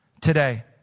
today